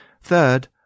Third